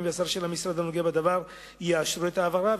והשר של המשרד הנוגע בדבר יאשרו את ההעברה,